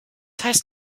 heißt